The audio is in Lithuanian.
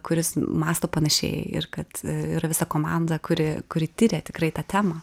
kuris mąsto panašiai ir kad yra visa komanda kuri kuri tiria tikrai tą temą